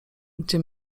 gdzie